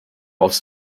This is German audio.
aufs